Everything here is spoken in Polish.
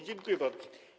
Dziękuję bardzo.